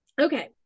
Okay